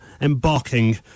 embarking